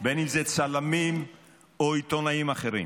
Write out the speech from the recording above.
אם הם צלמים או עיתונאים אחרים,